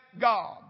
God